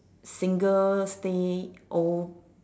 single stay old